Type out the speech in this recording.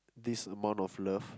this amount of love